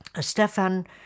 Stefan